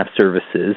services